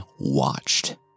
watched